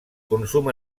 consum